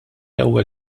ewwel